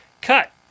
Cut